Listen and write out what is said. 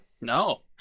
No